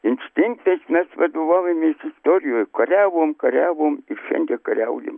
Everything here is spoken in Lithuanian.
inkstinktais nes vadovaujamės istorijoj kariavom kariavom ir šiandien kariaujam